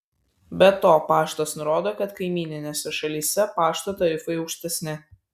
be to paštas nurodo kad kaimyninėse šalyse pašto tarifai aukštesni